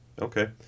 Okay